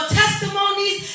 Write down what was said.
testimonies